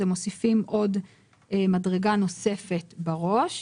מוסיפים עוד מדרגה נוספת בראש.